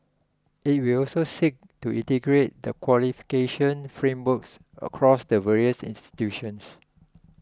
it will also seek to integrate the qualification frameworks across the various institutions